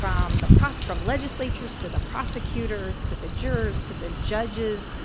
from the process, from legislatures, to the prosecutors, to the jurors, to the judges,